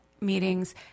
meetings